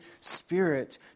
Spirit